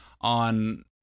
on